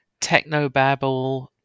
technobabble